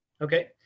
okay